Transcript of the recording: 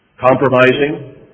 Compromising